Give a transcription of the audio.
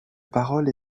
parole